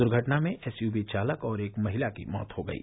दूर्घटना में एसयूवी चालक और एक महिला की मौत हो गयी